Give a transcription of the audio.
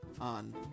on